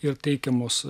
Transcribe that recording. ir teikiamos